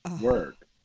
work